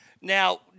Now